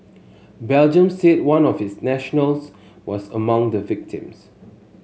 Belgium said one of its nationals was among the victims